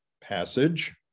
passage